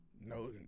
No